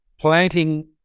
planting